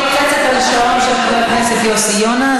אני לוחצת על השעון של חבר הכנסת יוסי יונה,